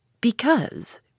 Because